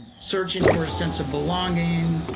searching for a sense of belonging,